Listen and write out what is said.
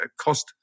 cost